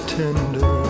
tender